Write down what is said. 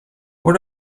what